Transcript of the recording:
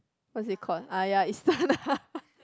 what's it called ah ya Istana